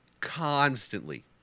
constantly